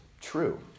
true